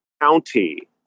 county